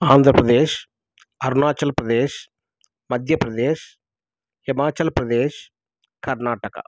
Andhra Pradesh Arunachal Pradesh Madhya Pradesh Himachal Pradesh Karnataka